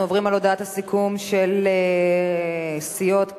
אנחנו עוברים להודעת הסיכום של סיעות קדימה,